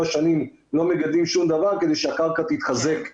שנים לא מגדלים שום דבר כדי שהקרקע תתחזק.